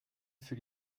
für